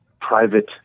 private